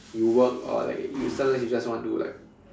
you work or like you sometimes you just want to like